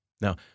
Now